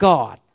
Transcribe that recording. God